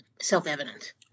self-evident